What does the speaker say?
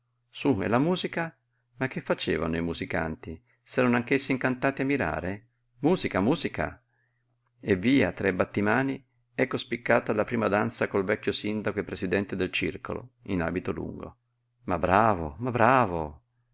e la musica ma che facevano i musicanti s'erano anch'essi incantati a mirare musica musica e via tra i battimani ecco spiccata la prima danza col vecchio sindaco e presidente del circolo in abito lungo ma bravo ma bravo